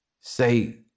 say